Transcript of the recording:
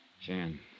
Jan